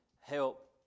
help